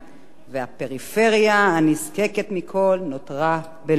והפריפריה, הנזקקת מכול, נותרה ללא מענה.